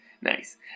Nice